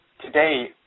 today